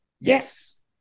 Yes